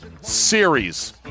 Series